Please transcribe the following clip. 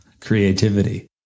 creativity